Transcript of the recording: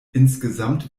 insgesamt